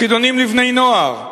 חידונים לבני-נוער.